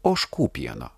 ožkų pieno